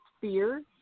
fear